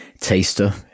taster